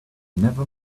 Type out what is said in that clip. never